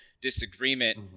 disagreement